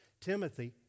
Timothy